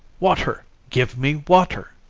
water! give me water